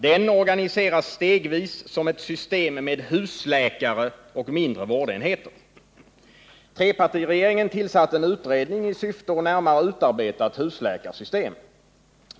Den organiseras stegvis som ett system med husläkare och mindre vårdenheter.” Trepartiregeringen tillsatte en utredning i syfte att närmare utarbeta ett husläkarsystem.